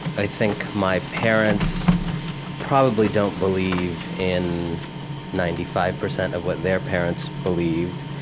i think my parents probably don't believe in ninety five percent of what their parents believed,